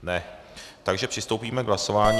Ne, takže přistoupíme k hlasování.